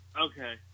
Okay